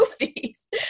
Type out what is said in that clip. movies